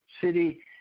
city